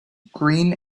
green